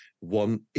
one